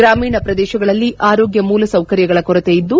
ಗ್ರಾಮೀಣ ಪ್ರದೇಶಗಳಲ್ಲಿ ಆರೋಗ್ಯ ಮೂಲ ಸೌಕರ್ಯಗಳ ಕೊರತೆಯಿದ್ದು